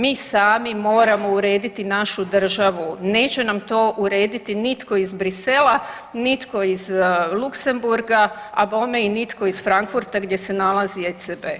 Mi sami moramo urediti našu državu, neće nam to urediti nitko iz Bruxellesa, nitko iz Luksemburga, a bome i nitko iz Frankfurta gdje se nalazi ECB.